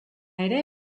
ere